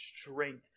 strength